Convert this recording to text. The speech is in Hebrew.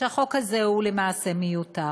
שהחוק הזה למעשה מיותר.